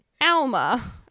Alma